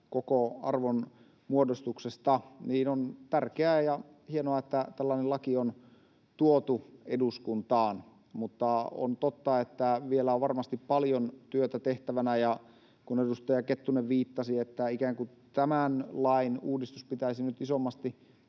koko arvonmuodostuksesta. On tärkeää ja hienoa, että tällainen laki on tuotu eduskuntaan. Mutta on totta, että vielä on varmasti paljon työtä tehtävänä. Kun edustaja Kettunen viittasi, että ikään kuin tämän lain uudistus pitäisi nyt isommasti